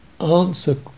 answer